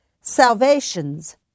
Salvations